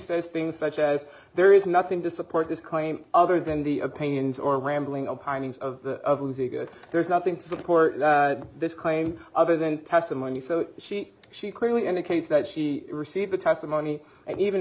things such as there is nothing to support this claim other than the opinions or rambling openings of a good there's nothing to support this claim other than testimony so she she clearly indicates that she received the testimony and even